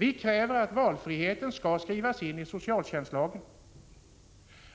Vi kräver att valfrihet skall skrivas in i socialtjänstlagen,